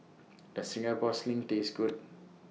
Does Singapore Sling Taste Good